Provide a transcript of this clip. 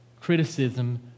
criticism